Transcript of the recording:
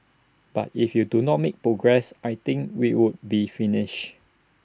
but if you do not make progress I think we would be finished